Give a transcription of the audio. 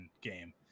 game